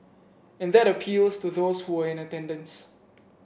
and that appeals to those who were in attendance